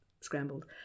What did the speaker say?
scrambled